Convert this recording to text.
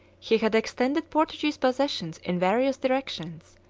he had extended portuguese possessions in various directions,